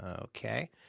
Okay